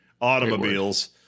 automobiles